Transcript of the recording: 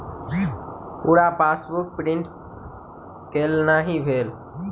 पूरा passbook print केल नहि भेल